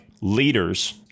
leaders